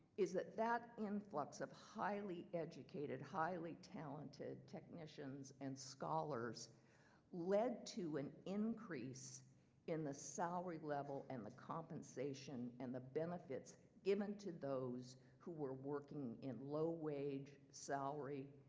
is that that influx of highly-educated, highly-talented technicians and scholars led to an increase in the salary level, and the compensation and the benefits given to those who were working in low wage, salary,